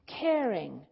caring